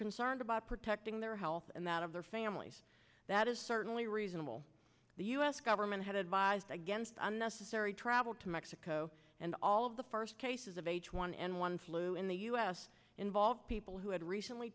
concerned about protecting their health and that of their families that is certainly reasonable the u s government had advised against unnecessary travel to mexico and all of the first cases of h one n one flu in the u s involve people who had recently